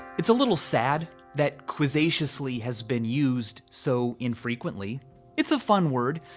it's a little sad that quizzaciously has been used so infrequently it's a fun word,